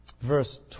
verse